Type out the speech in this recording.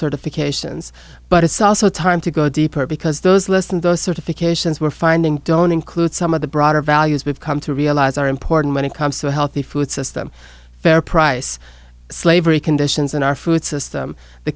the cations but it's also time to go deeper because those less than those certifications we're finding don't include some of the broader values we've come to realize are important when it comes to a healthy food system fair price slavery conditions in our food system the